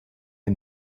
der